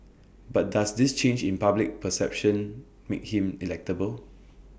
but does this change in public perception make him electable